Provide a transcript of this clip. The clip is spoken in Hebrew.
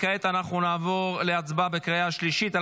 וכעת אנחנו נעבור להצבעה בקריאה השלישית על